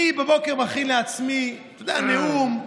אני בבוקר מכין לעצמי, אתה יודע, נאום,